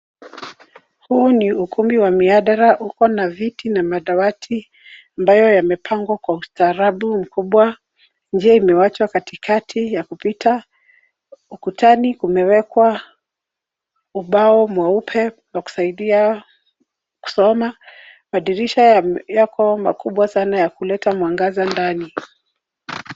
Huu ni ukumbi wa mihadhara. Uko na viti na madawati ambayo yamepangwa kwa ustaarabu mkubwa. Njia imewachwa katikati ya kupita. Ukutani kumewekwa ubao mweupe wa kusaidia kusoma. Madirisha yako makubwa sana ya kuleta mwangaza ndani.